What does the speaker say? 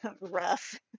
Rough